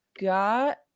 got